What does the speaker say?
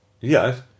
Yes